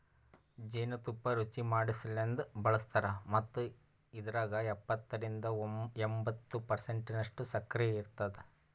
ಜೇನು ತುಪ್ಪ ರುಚಿಮಾಡಸಲೆಂದ್ ಬಳಸ್ತಾರ್ ಮತ್ತ ಇದ್ರಾಗ ಎಪ್ಪತ್ತರಿಂದ ಎಂಬತ್ತು ಪರ್ಸೆಂಟನಷ್ಟು ಸಕ್ಕರಿ ಇರ್ತುದ